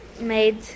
made